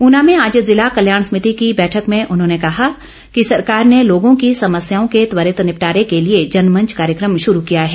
ऊना में आज ज़िला कल्याण समिति की बैठक में उन्होंने कहा कि सरकार ने लोगों की समस्याओं के त्वरित निपटारे के लिए जनमंच कार्यक्रम शुरू किया है